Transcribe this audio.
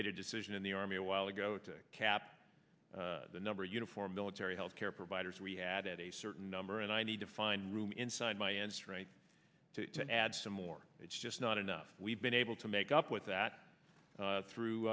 made a decision in the army a while ago to cap the number of uniform military health care providers we had at a certain number and i need to find room inside my end strength to add some more it's just not enough we've been able to make up with that through